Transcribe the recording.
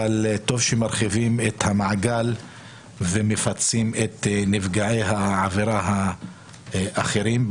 אבל טוב שמרחיבים את המעגל ומפצים את נפגעי העבירה האחרים,